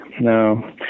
No